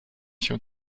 się